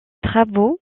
travaux